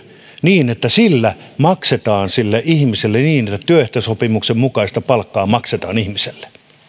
niin että sillä maksetaan sille ihmiselle niin työehtosopimuksen mukaista palkkaa